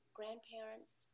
grandparents